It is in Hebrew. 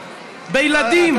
בילדים,